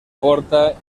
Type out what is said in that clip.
porta